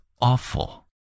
awful